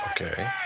Okay